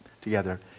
together